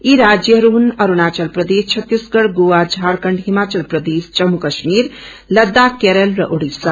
यी राज्यहरू हुनु अरूणावल प्रदेशङ छत्तीसगढ गोआ झारखण्ड हिमाच्त प्रदेश जम्पू काश्मीर लद्दाख केरल र ओड़िसा